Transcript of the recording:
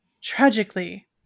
tragically